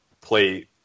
play